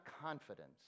confidence